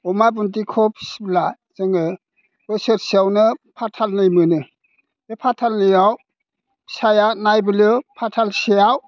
अमा बुन्दिखौ फिसिब्ला जोङो बोसोरसेयावनो फाथालनै मोनो बे फाथालनैयाव फिसाया नाहले फाथालसेयाव